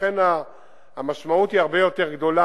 לכן המשמעות היא הרבה יותר גדולה,